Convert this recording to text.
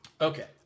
Okay